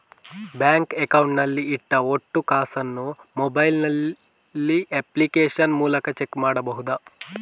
Bank account ನಲ್ಲಿ ಇಟ್ಟ ಒಟ್ಟು ಕಾಸನ್ನು ಮೊಬೈಲ್ ನಲ್ಲಿ ಅಪ್ಲಿಕೇಶನ್ ಮೂಲಕ ಚೆಕ್ ಮಾಡಬಹುದಾ?